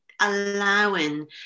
allowing